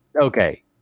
Okay